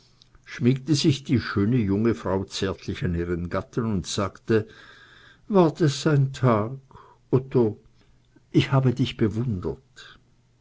schmiegte sich die schöne junge frau zärtlich an ihren gatten und sagte war das ein tag otto ich habe dich bewundert